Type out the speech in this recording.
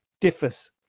differs